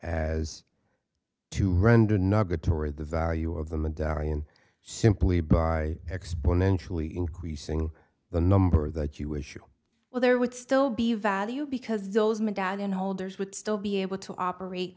as to render nuggets or the value of the medallion simply by exponentially increasing the number that you wish you well there would still be value because those medallion holders would still be able to operate